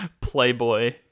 playboy